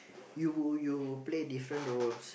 you you play different roles